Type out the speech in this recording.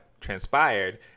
transpired